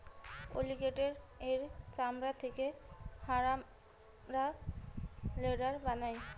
অলিগেটের এর চামড়া থেকে হামরা লেদার বানাই